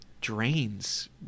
drains